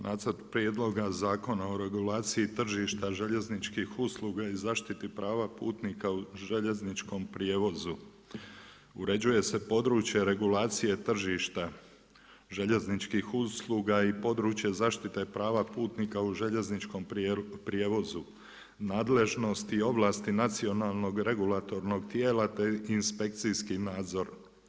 Nacrtom Prijedloga zakona o regulaciji tržišta željezničkih usluga i zaštiti prava putnika u željezničkom prijevozu uređuje se područje regulacije tržišta željezničkih usluga i područje zaštite prava putnika u željezničkom prijevoz, nadležnost i ovlasti nacionalnog regulatornog tijela te inspekcijski nadzor.